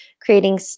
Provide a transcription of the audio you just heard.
creating